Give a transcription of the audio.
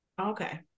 Okay